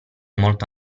molto